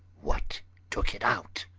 what took it out?